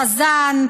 חזן,